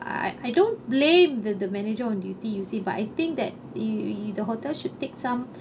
I I don't blame the the manager on duty you see but I think that you the hotel should take some